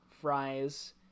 fries